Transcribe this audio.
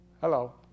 Hello